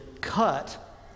cut